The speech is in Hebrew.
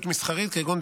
מתכבדת